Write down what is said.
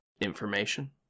information